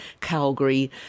Calgary